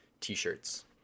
t-shirts